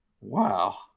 Wow